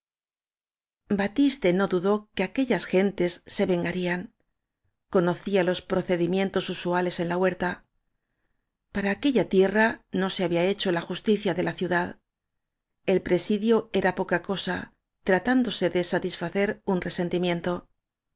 batiste no dudó que aquellas gentes se vengarían conocía los procedimientos usuales en la huerta para aquella tierra no se había hecho la justicia de la ciudad el presidio era poca cosa tratándose de satisfacer un